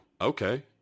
okay